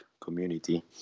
community